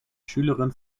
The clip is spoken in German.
schülerin